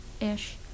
ish